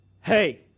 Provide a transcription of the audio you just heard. Hey